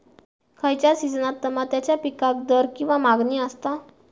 खयच्या सिजनात तमात्याच्या पीकाक दर किंवा मागणी आसता?